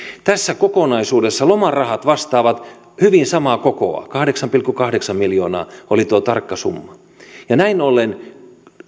tässä kokonaisuudessa lomarahat vastaavat hyvin samaa kokoa kahdeksan pilkku kahdeksan miljoonaa oli tuo tarkka summa näin ollen